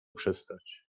przestać